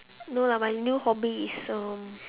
no lah my new hobby is um